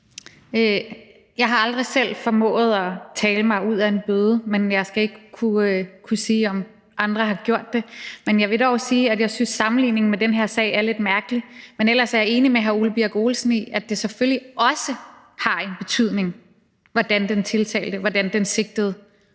Jeg har aldrig selv formået at tale mig ud af en bøde, men jeg skal ikke kunne sige, om andre har gjort det. Jeg vil dog sige, at jeg synes, at sammenligningen med den her sag er lidt mærkelig, men ellers er jeg enig med hr. Ole Birk Olesen i, at det selvfølgelig også har en betydning, hvordan den sigtede agerer.